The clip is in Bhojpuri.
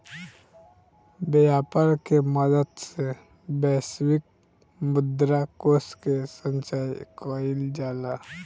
व्यापर के मदद से वैश्विक मुद्रा कोष के संचय कइल जाला